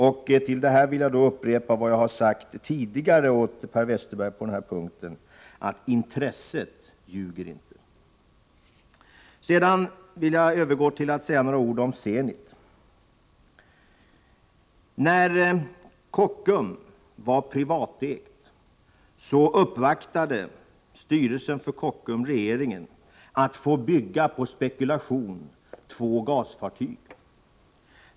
Och jag vill upprepa vad jag har sagt tidigare till Per Westerberg på den här punkten: Intresset ljuger inte. Jag vill nu övergå till att säga några ord om Zenit. När Kockums var privatägt uppvaktade styrelsen för Kockums regeringen om att få bygga två gasfartyg på spekulation.